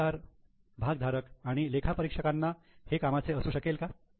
गुंतवणूकदार भागधारक आणि लेखापरीक्षकांना हे कामाचे असू शकेल का